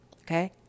Okay